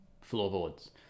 floorboards